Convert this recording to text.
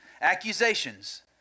Accusations